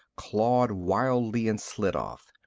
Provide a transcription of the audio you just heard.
clawed wildly and slid off.